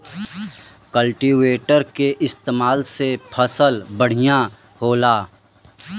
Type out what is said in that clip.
cultivator के इस्तेमाल से फसल बढ़िया होला